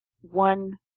one